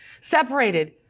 separated